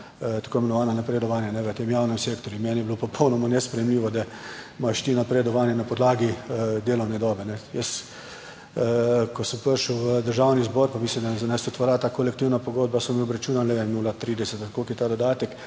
tako imenovana napredovanja v tem javnem sektorju in meni je bilo popolnoma nesprejemljivo, da imaš ti napredovanje na podlagi delovne dobe. Jaz ko sem prišel v Državni zbor pa mislim, da je za nas tudi velja kolektivna pogodba so mi obračunali 0,30 ali koliko je ta dodatek